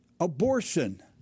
abortion